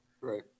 Right